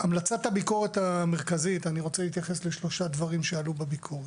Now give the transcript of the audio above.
המלצת הביקורת המרכזית אני רוצה להתייחס לשלושה דברים שעלו בביקורת: